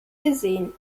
gesehen